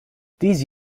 these